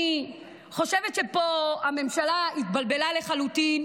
אני חושבת שפה הממשלה התבלבלה לחלוטין.